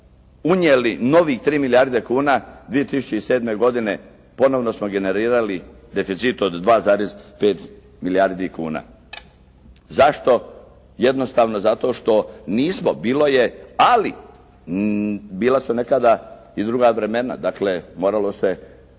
unijeli novih 3 milijarde kuna. 2007. godine ponovno smo generirali deficit od 2,5 milijardi kuna. Zašto? Jednostavno zato što nismo, bilo je, ali bila su nekada i druga vremena. Dakle moralo se u